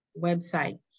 website